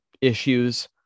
issues